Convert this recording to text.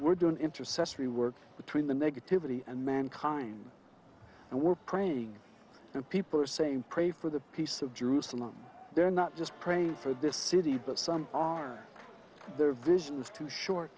we're done intercessory work between the negativity and mankind and we're praying and people are saying pray for the peace of jerusalem they're not just praying for this city but some are their visions too short